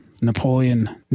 Napoleon